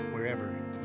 Wherever